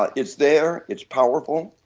ah it's there, it's powerful,